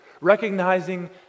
recognizing